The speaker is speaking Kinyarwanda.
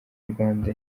rwanda